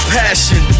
passion